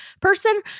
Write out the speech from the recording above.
person